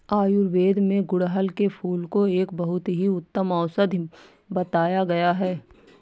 आयुर्वेद में गुड़हल के फूल को एक बहुत ही उत्तम औषधि बताया गया है